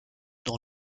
dans